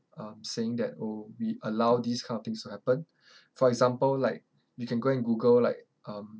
um saying that oh we allow these kind of things to happen for example like you can go and google like um